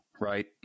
right